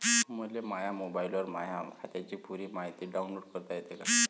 मले माह्या मोबाईलवर माह्या खात्याची पुरी मायती डाऊनलोड करता येते का?